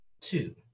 Two